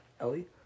Ellie